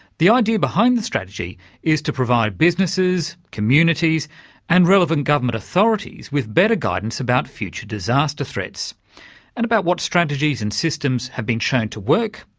the idea behind the strategy is to provide businesses, communities and relevant government authorities with better guidance about future disaster threats and about what strategies and systems have been shown to work,